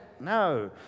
No